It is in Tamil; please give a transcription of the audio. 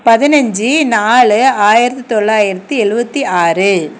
பதினஞ்சு நாலு ஆயிரத்தி தொள்ளாயிரத்தி எழுபத்தி ஆறு